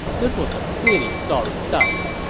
this was pretty sorry sight,